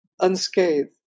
unscathed